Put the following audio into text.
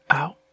out